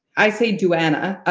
i say du-anna,